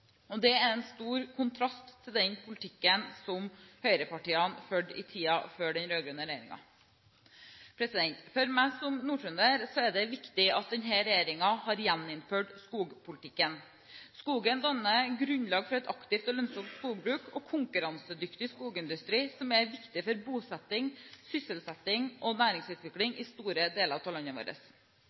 og det er en stor kontrast til den politikken som høyrepartiene førte i tiden før den rød-grønne regjeringen overtok. For meg som nordtrønder er det viktig at denne regjeringen har gjeninnført skogpolitikken. Skogen danner grunnlag for et aktivt og lønnsomt skogbruk og en konkurransedyktig skogindustri, som er viktig for bosetting, sysselsetting og næringsutvikling i store deler av landet vårt.